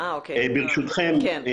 ברשותכם,